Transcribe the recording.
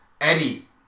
Eddie